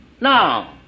now